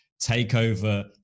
TakeOver